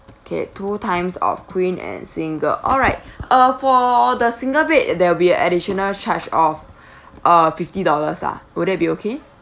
okay two times of queen and single alright uh for the single bed there will be an additional charge of uh fifty dollars lah would that be okay